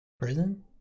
prison